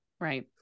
Right